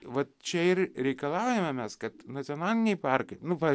va čia ir reikalaujame mes kad nacionaliniai parkai nu va